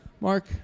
Mark